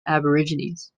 aborigines